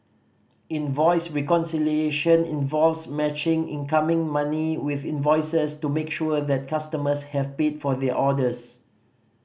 invoice reconciliation involves matching incoming money with invoices to make sure that customers have paid for their orders